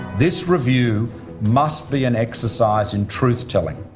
this review must be an exercise in truth-telling.